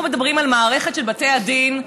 אנחנו מדברים על מערכת של בתי הדין,